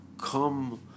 come